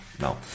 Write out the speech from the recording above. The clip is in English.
No